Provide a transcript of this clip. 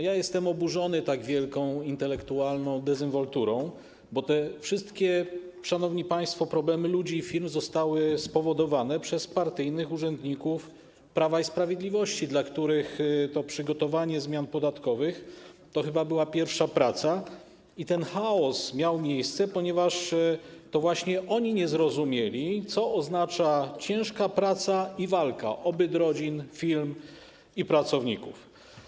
Jestem oburzony tak wielką intelektualną dezynwolturą, bo, szanowni państwo, te wszystkie problemy ludzi i firm zostały spowodowane przez partyjnych urzędników Prawa i Sprawiedliwości, dla których przygotowanie zmian podatkowych to chyba była pierwsza praca, a ten chaos miał miejsce, ponieważ to właśnie oni nie zrozumieli, co oznacza ciężka praca i walka o byt rodzin, firm i pracowników.